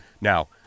Now